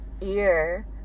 ear